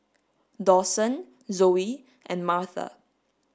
Dawson Zoe and Martha